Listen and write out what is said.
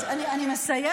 כן, כן, אני מסיימת.